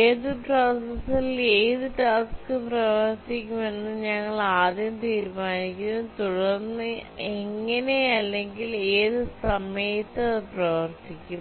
ഏത് പ്രോസസ്സറിൽ ഏത് ടാസ്ക് പ്രവർത്തിക്കുമെന്ന് ഞങ്ങൾ ആദ്യം തീരുമാനിക്കുന്നു തുടർന്ന് എങ്ങനെ അല്ലെങ്കിൽ ഏത് സമയത്ത് അത് പ്രവർത്തിക്കും